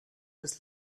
des